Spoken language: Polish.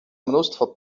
mnóstwo